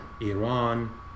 Iran